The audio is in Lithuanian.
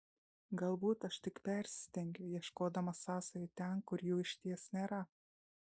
galbūt aš tik persistengiu ieškodama sąsajų ten kur jų išties nėra